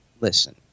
listen